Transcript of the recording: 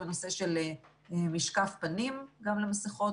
בנושא של משקף פנים גם למסכות.